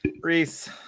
Reese